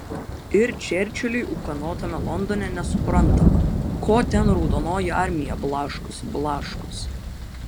ir čerčiliui ūkanotame londone nesuprantama ko ten raudonoji armija blaškosi blaškosi